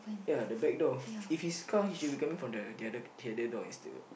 ya the backdoor if it's car he should be coming from the the other the other door instead